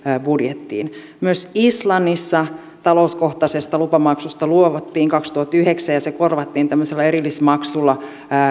budjettiin myös islannissa talouskohtaisesta lupamaksusta luovuttiin kaksituhattayhdeksän ja se korvattiin tämmöisellä erillismaksulla